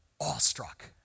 awestruck